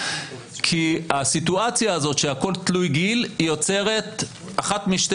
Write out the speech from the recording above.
כי הסיטואציה הזאת שהכול תלוי גיל יוצרת אחת משתי